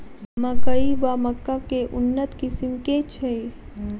मकई वा मक्का केँ उन्नत किसिम केँ छैय?